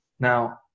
Now